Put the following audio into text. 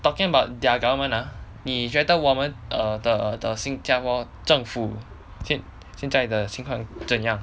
talking about their government ah 你觉得我们 err 的 err 的新加坡政府现现在的情况怎样